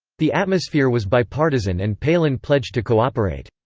the atmosphere was bipartisan and palin pledged to cooperate.